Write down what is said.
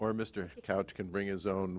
or mr couch can bring his own